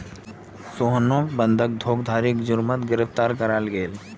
सोहानोक बंधक धोकधारी जुर्मोत गिरफ्तार कराल गेल